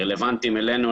רלוונטיים לנו,